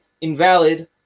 invalid